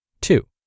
Two